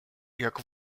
jak